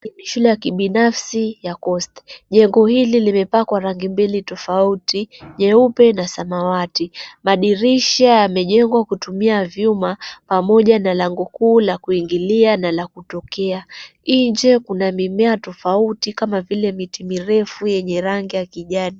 Shule ya kibinafsi ya coast . Jengo hili limepakwa rangi mbili tofauti, jeupe na samawati. Madirisha yamejengwa kutumia vyuma pamoja na lango kuu la kuingilia na kutokea. Nje kuna mimea tofauti kama vile miti mirefu yenye rangi ya kijani.